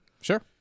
Sure